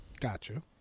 Gotcha